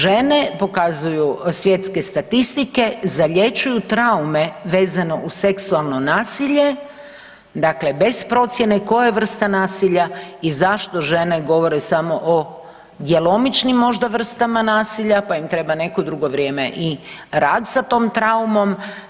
Žene, pokazuju svjetske statistike, zalječuju traume vezano uz seksualno nasilje, dakle bez procjene koja vrsta nasilja i zašto žene govore samo o djelomičnim možda, vrstama nasilja, pa im treba neko drugo vrijeme i rad sa tom traumom.